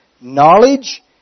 knowledge